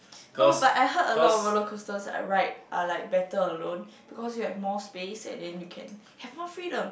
oh but I heard a lot of roller coasters I ride are like better alone because you have more space and then you can have more freedom